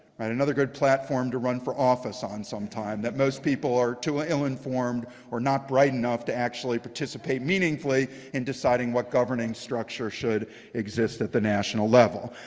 and another good platform to run for office on some time that most people are too ah ill-informed, or not bright enough to actually participate meaningfully in deciding what governing structure should exist at the national level.